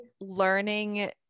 learning